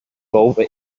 over